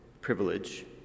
privilege